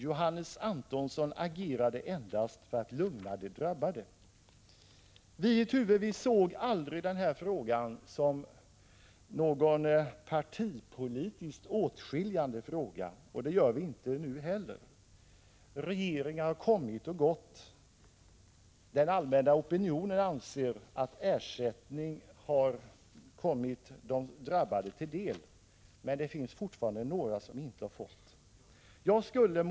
Johannes Antonsson agerade endast för att lugna de drabbade.” Vii Tuve såg aldrig denna fråga som någon partipolitiskt åtskiljande fråga. Det gör vi inte heller nu. Regeringar har kommit och gått. Den allmänna opinionen anser att ersättning har kommit de drabbade till del, men det finns fortfarande några som inte har fått ersättning.